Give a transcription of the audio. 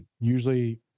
Usually